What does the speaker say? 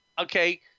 Okay